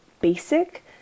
basic